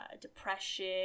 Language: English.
depression